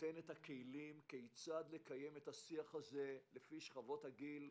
ייתן את הכלים כיצד לקיים את השיח הזה לפי שכבות הגיל,